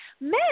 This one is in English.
men